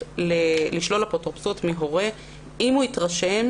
לשלול אפוטרופסות מהורה אם הוא התרשם